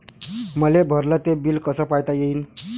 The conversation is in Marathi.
मले भरल ते बिल कस पायता येईन?